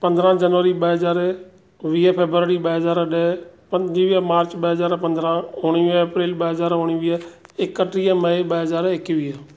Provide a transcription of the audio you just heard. पंद्रहां जनवरी ॿ हज़ार वीह फ़बरवरी ॿ हज़ार ॾह पंजुवीह मार्च ॿ हज़ार पंद्रहां उणिवीह अप्रैल ॿ हज़ार उणिवीह एकटीह मई ॿ हज़ार एकवीह